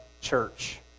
church